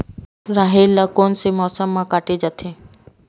राहेर ल कोन से मौसम म काटे जाथे?